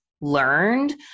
learned